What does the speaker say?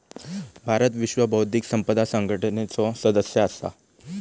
भारत विश्व बौध्दिक संपदा संघटनेचो सदस्य असा